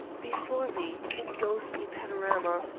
before me, in ghostly panorama,